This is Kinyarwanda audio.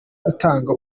gutanga